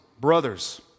Brothers